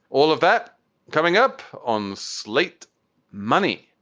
all of that coming up on slate money.